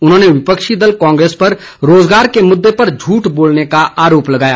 उन्होंने विपक्षी दल कांग्रेस पर रोज़गार के मुददे पर झूठ बोलने का आरोप लगाया